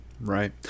Right